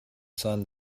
sun